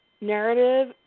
Narrative